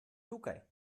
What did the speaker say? tukaj